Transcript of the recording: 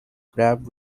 grabbed